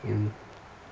mm